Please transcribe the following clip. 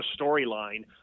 storyline